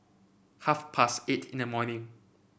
half past eight in the morning